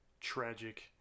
tragic